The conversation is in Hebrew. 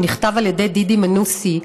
שנכתב על ידי דידי מנוסי,